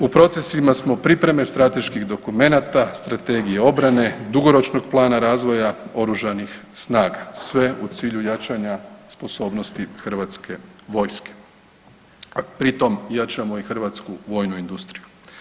U procesima smo pripreme strateških dokumenata strategije obrane dugoročnog plana razvoja oružanih snaga, sve u cilju jačanja sposobnosti HV-a, pri tom jačamo i Hrvatsku vojnu industriju.